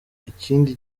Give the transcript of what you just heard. ikindi